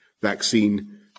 vaccine